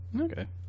Okay